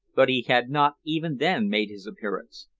but he had not even then made his appearance.